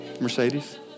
Mercedes